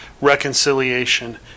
reconciliation